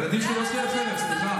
הילדים שלי לא שכירי חרב, סליחה.